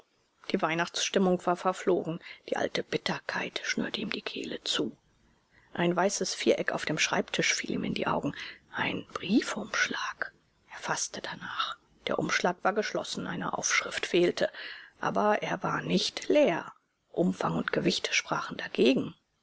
die weihnachtsstimmung war verflogen die alte bitterkeit schnürte ihm die kehle zu ein weißes viereck auf dem schreibtisch fiel ihm in die augen ein briefumschlag er faßte danach der umschlag war geschlossen eine aufschrift fehlte aber er war nicht leer umfang und gewicht sprachen dagegen